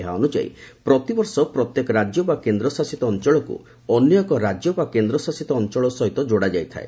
ଏହା ଅନୁଯାୟୀ ପ୍ରତିବର୍ଷ ପ୍ରତ୍ୟେକ ରାଜ୍ୟ ବା କେନ୍ଦ୍ରଶାସିତ ଅଞ୍ଚଳକୁ ଅନ୍ୟ ଏକ ରାଜ୍ୟ ବା କେନ୍ଦ୍ରଶାସିତ ଅଞ୍ଚଳ ସହିତ ଯୋଡ଼ାଯାଇଥାଏ